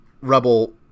rebel